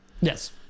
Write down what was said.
Yes